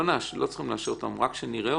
אנחנו לא צריכים לאשר אותן, רק לראות.